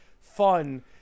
fun